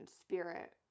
spirit